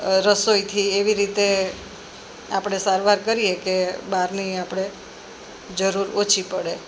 રસોઈથી એવી રીતે આપણે સારવાર કરીએ કે બહારની આપણે જરૂર ઓછી પડે